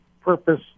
purpose